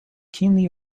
keenly